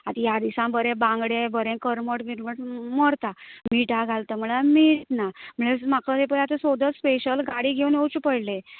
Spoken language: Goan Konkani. आतां ह्या दिसां बरें बांगडे बरें करबट बिरबट मरता मिठा घालता म्हळ्यार मीठ ना म्हळ्यार म्हाका येपय सोदत स्पॅशल गाडी घेवन येवचें पडलें